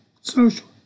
social